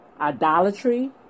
idolatry